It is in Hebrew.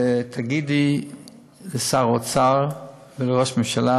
ותגידי לשר האוצר ולראש הממשלה: